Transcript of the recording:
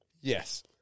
Yes